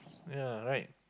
ya right